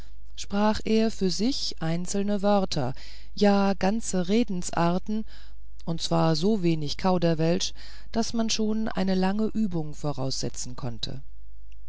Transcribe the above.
sprach er für sich einzelne wörter ja ganze redensarten und zwar so wenig kauderwelsch daß man schon eine lange übung voraussetzen konnte